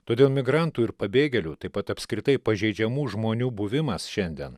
todėl migrantų ir pabėgėlių taip pat apskritai pažeidžiamų žmonių buvimas šiandien